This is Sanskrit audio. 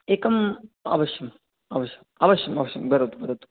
एकम् अवश्यम् अवश्यम् अवश्यम् अवश्यं वदतु वदतु